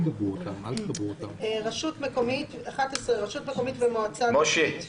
(11) רשות מקומית ומועצה דתית, --- משה,